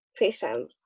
FaceTime